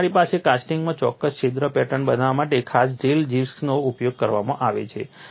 તેથી તમારી પાસે કાસ્ટિંગમાં ચોક્કસ છિદ્ર પેટર્ન બનાવવા માટે ખાસ ડ્રિલ જીગ્સનો ઉપયોગ કરવામાં આવે છે